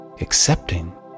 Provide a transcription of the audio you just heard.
accepting